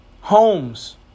homes